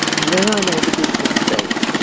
and then i made a big mistake.